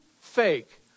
fake